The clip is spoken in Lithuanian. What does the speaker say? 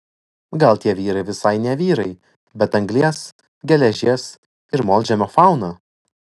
gal tie vyrai visai ne vyrai bet anglies geležies ir molžemio fauna